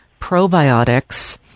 probiotics